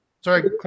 sorry